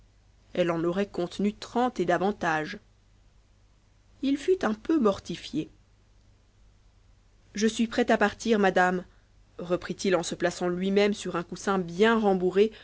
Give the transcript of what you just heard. elle en aurait contenu trente et davantage h fut un peu mortifié je suis prêt a partir madame reprit-il en se plaçant lui-même sur un coussin bien rembourré